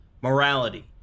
morality